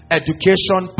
education